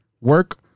work